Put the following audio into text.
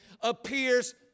appears